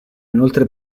inoltre